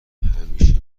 همیشه